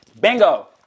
Bingo